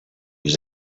was